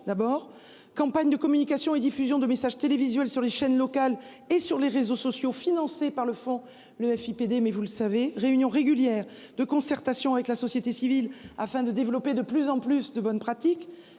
d'abord campagne de communication et diffusion de messages télévisuels sur les chaînes locales et sur les réseaux sociaux, financés par le fond le FIPD mais vous le savez réunions régulières de concertation avec la société civile afin de développer de plus en plus de bonnes pratiques